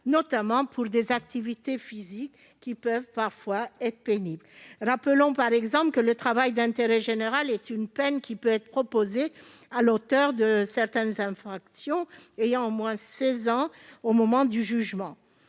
notamment pour des activités physiques qui peuvent parfois être pénibles. Rappelons par exemple que le travail d'intérêt général est une peine qui peut être proposée à l'auteur de certaines infractions ayant au moins 16 ans au moment du jugement.